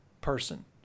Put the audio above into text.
person